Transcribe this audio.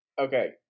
Okay